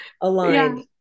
aligned